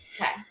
Okay